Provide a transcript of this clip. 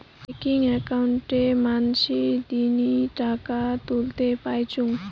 checking অক্কোউন্টে মানসী দিননি টাকা তুলতে পাইচুঙ